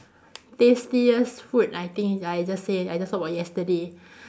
tastiest food I think I just say I just talk about yesterday